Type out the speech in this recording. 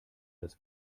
das